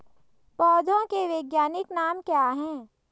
पौधों के वैज्ञानिक नाम क्या हैं?